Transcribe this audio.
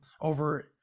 over